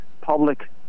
public